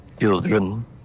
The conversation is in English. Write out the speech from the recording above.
children